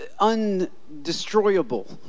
undestroyable